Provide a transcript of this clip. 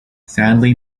sadly